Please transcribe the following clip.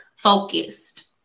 focused